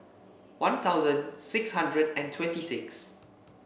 One Thousand six hundred and twenty six